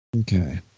Okay